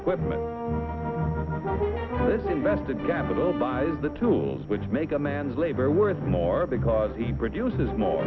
equipment invested capital buys the tools which make a man's labor worth more because he produces more